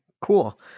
cool